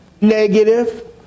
negative